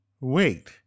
wait